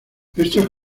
estos